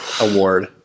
award